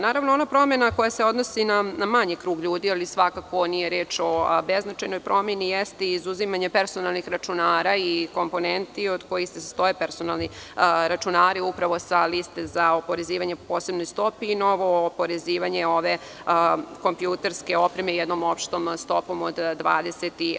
Naravno, ona promena koja se odnosi na manji krug ljudi ali svakako nije reč o beznačajnoj promeni jeste izuzimanje personalnih računara i komponenti od kojih se sastoje personalni računari upravo sa liste za oporezivanje po posebnoj stopi i novo oporezivanje ove kompjuterske opreme jednom opštom stopom od 20%